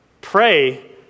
Pray